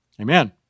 Amen